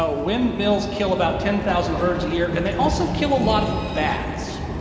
ah windmills kill about ten thousand birds a year, and they also kill a lot of bats.